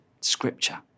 Scripture